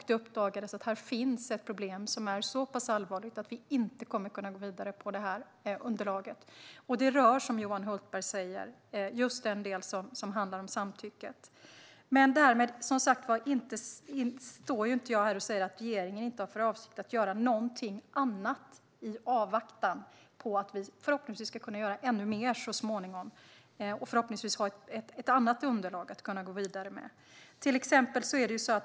Det uppdagades att det finns ett problem här som är så pass allvarligt att vi inte kommer att kunna gå vidare utifrån detta underlag. Det rör, som Johan Hultberg säger, just den del som handlar om samtycke. Jag står dock inte här och säger att regeringen inte har för avsikt att göra något annat i avvaktan på att vi förhoppningsvis ska kunna göra ännu mer så småningom och ha ett annat underlag att gå vidare med.